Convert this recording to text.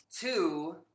two